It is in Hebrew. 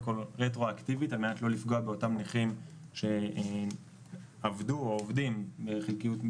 כל רטרואקטיבית על מנת לא לפגוע באותם נכים שעבדו או עובדים בחלקיות.